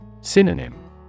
Synonym